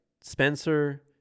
Spencer